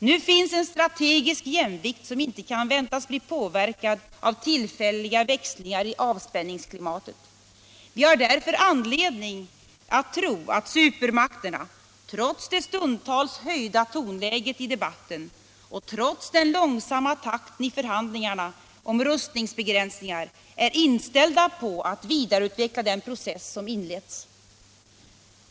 Nu finns en strategisk jämvikt som inte kan väntas bli påverkad av tillfälliga växlingar i avspänningsklimatet. Vi har därför anledning att tro att supermakterna, trots det stundtals höjda tonläget i debatten och trots den långsamma takten i förhandlingarna om rustningsbegränsningar, är inställda på att vidareutveckla den process som inletts.